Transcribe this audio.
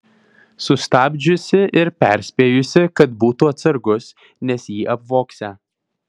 sustabdžiusi ir perspėjusi kad būtų atsargus nes jį apvogsią